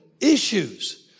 issues